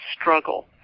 struggle